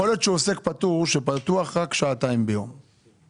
יכול להיות שהוא עוסק פטור שפתוח רק שעתיים ביום והוא